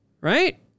right